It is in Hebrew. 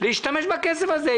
להשתמש בכסף הזה.